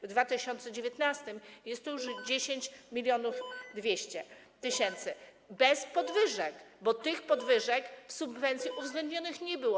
W 2019 r. jest to już 10 200 tys. bez podwyżek, bo tych podwyżek w subwencji uwzględnionych nie było.